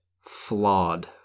Flawed